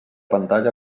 pantalla